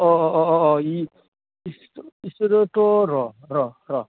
अह अङ अह इ इसोरोथ' र र र